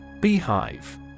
Beehive